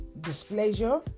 displeasure